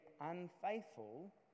unfaithful